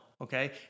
Okay